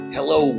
Hello